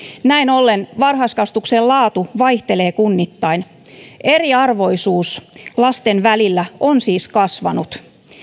näin ollen varhaiskasvatuksen laatu vaihtelee kunnittain eriarvoisuus lasten välillä on siis kasvanut